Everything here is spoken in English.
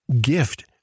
gift